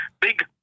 big